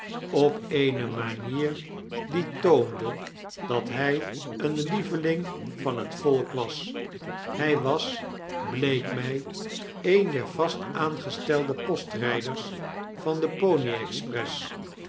op eene manier die toonde dat hij een lieveling van het volk was hij was bleek mij een der vast aangestelde postrijders van de pony express